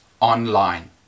online